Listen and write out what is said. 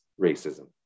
racism